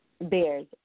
bears